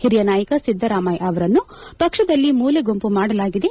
ಓರಿಯ ನಾಯಕ ಸಿದ್ದರಾಮಯ್ಯ ಆವರನ್ನು ಪಕ್ಷದಲ್ಲಿ ಮೂಲೆಗುಂಪು ಮಾಡಲಾಗಿದೆ